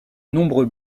nombreux